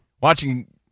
watching